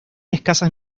escasas